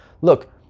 Look